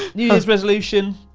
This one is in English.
new year's resolution,